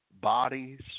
bodies